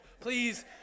please